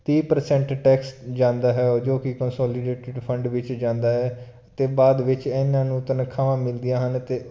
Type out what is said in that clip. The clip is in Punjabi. ਤੀਹ ਪ੍ਰਸੈਂਟ ਟੈਕਸ ਜਾਂਦਾ ਹੈ ਜੋ ਕਿ ਕੰਸੋਲੀਡੇਟ ਫੰਡ ਵਿੱਚ ਜਾਂਦਾ ਹੈ ਅਤੇ ਬਾਅਦ ਵਿੱਚ ਇਹਨਾਂ ਨੂੰ ਤਨਖਾਹਾਂ ਮਿਲਦੀਆਂ ਹਨ ਅਤੇ